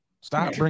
Stop